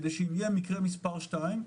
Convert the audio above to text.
כדי שאם יהיה מקרה מס' 2,